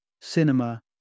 cinema